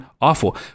awful